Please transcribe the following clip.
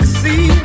see